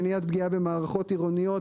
מניעת פגיעה במערכות עירוניות